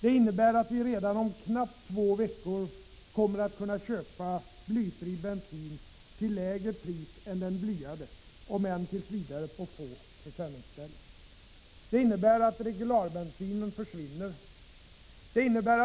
Det innebär att vi redan om knappt två veckor kommer att kunna köpa blyfri bensin till lägre pris än den blyade om än tills vidare på få försäljningsställen. Det innebär att